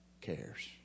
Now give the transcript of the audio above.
cares